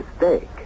mistake